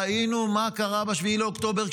ראינו מה קרה ב-7 באוקטובר,